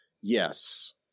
Yes